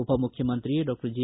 ಉಪಮುಖ್ಯಮಂತ್ರಿ doctor G